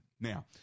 Now